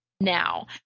now